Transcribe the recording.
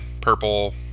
Purple